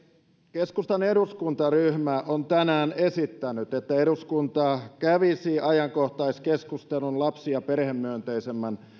keskustan eduskuntaryhmä on tänään esittänyt että eduskunta kävisi ajankohtaiskeskustelun lapsi ja perhemyönteisemmän